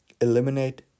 eliminate